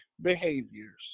behaviors